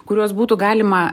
kuriuos būtų galima